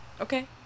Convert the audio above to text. Okay